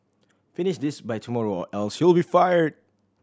finish this by tomorrow or else you'll be fired